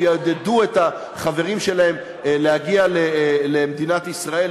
הם יעודדו את החברים שלהם להגיע למדינת ישראל,